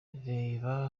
reba